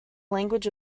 language